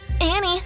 Annie